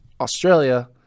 Australia